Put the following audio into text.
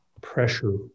pressure